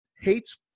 hates